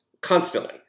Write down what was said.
constantly